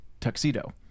tuxedo